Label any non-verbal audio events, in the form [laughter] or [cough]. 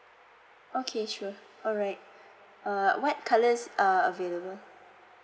okay sure alright [breath] uh what colour is uh available